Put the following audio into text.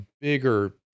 bigger